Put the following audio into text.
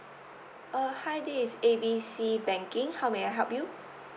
uh hi this is A B C banking how may I help you